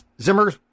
Zimmer